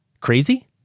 crazy